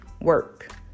work